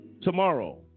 tomorrow